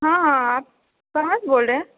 हँ हँ हँ कहां से बोल रहे हैं